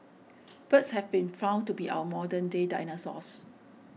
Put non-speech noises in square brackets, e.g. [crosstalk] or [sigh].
[noise] birds have been found to be our modern day dinosaurs